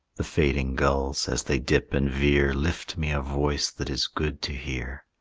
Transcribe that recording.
the fading gulls, as they dip and veer, lift me a voice that is good to hear.